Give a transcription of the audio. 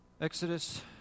Exodus